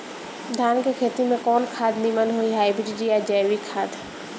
धान के खेती में कवन खाद नीमन होई हाइब्रिड या जैविक खाद?